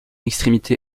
extrémité